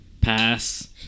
Pass